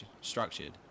structured